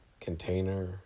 container